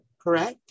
correct